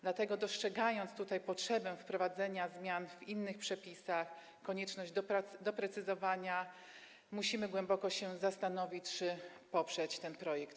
Dlatego dostrzegając tutaj potrzebę wprowadzenia zmian w innych przepisach, konieczność ich doprecyzowania, musimy głęboko się zastanowić, czy poprzeć ten projekt.